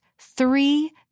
three